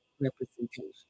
representation